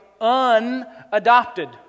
unadopted